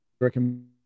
recommend